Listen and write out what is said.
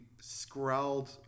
scrawled